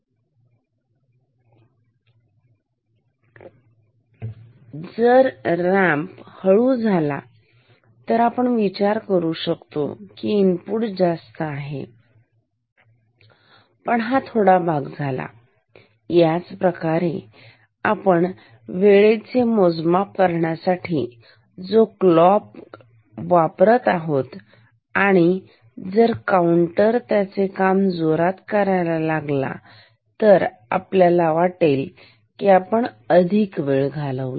जर रॅम्प हळू झाला तर आपण विचार करू शकतो की इनपुट जास्त आहे पण हा थोडा भाग झाला याच प्रमाणे आपण वेळेचे मोजमाप करण्यासाठी जो क्लॉक वापर करत आहोत आणि जर काउंटर त्याचे काम जोरात करायला लागला तर आपल्याला वाटेल की आपण अधिक वेळ घालवला